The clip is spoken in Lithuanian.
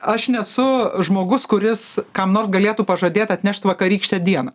aš nesu žmogus kuris kam nors galėtų pažadėt atnešt vakarykštę dieną